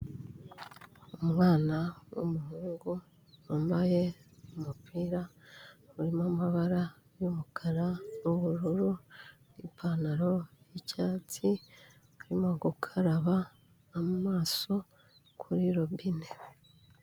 Umwana w'umuhungu wambaye umupira urimo amabara y'umukara n'ubururu n'ipantaro y'icyatsi, arimo gukaraba amaso kuri robine.